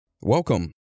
Welcome